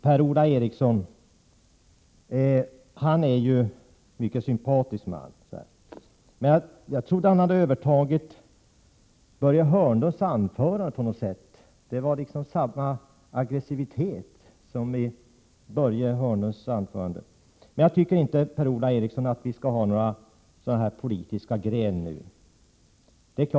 Per-Ola Eriksson är ju en mycket sympatisk man, men jag trodde att han hade övertagit Börje Hörnlunds anförande, för han lät lika aggressiv som Börje Hörnlund. Men jag tycker inte, Per-Ola Eriksson, att vi skall ha några politiska gräl nu.